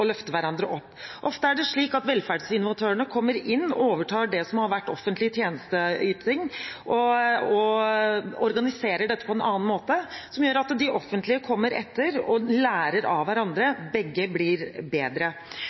løfte hverandre opp. Ofte kommer velferdsinnovatørene inn og overtar det som har vært offentlig tjenesteyting, og organiserer den på en annen måte, slik at det offentlige kommer etter, og man lærer av hverandre. Begge blir bedre.